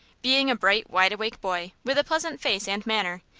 being a bright, wideawake boy, with a pleasant face and manner,